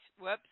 Whoops